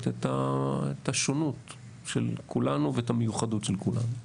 את השונות של כולנו ואת המיוחדות של כולנו,